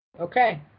Okay